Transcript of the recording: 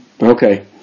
Okay